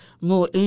more